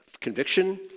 conviction